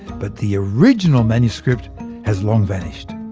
but the original manuscript has long vanished.